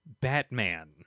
Batman